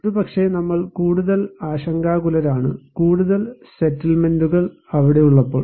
ഒരുപക്ഷേ നമ്മൾ കൂടുതൽ ആശങ്കാകുലരാണ് കൂടുതൽ സെറ്റിൽമെന്റുകൾ അവിടെ ഉള്ളപ്പോൾ